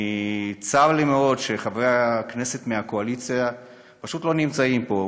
צר לי מאוד שחברי הכנסת מהקואליציה פשוט לא נמצאים פה.